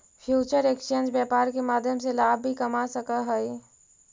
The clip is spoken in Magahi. फ्यूचर एक्सचेंज व्यापार के माध्यम से लाभ भी कमा सकऽ हइ